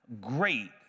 great